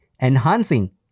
enhancing